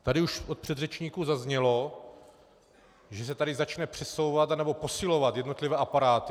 Tady už od předřečníků zaznělo, že se tady začnou přesouvat anebo posilovat jednotlivé aparáty.